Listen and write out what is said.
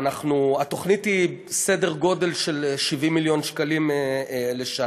התוכנית היא בסדר גודל של 70 מיליון שקלים לשנה.